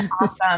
Awesome